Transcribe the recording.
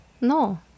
No